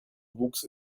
wuchs